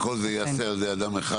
וכל זה יעשה את זה אדם אחד?